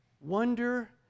wonder